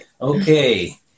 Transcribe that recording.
Okay